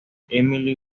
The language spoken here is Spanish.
emily